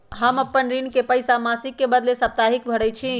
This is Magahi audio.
हम अपन ऋण के पइसा मासिक के बदले साप्ताहिके भरई छी